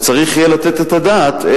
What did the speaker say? וצריך יהיה לתת את הדעת.